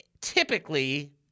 typically—